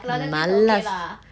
malas